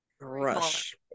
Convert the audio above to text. Rush